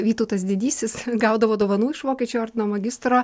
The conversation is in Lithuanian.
vytautas didysis gaudavo dovanų iš vokiečių ordino magistro